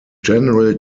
general